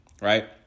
right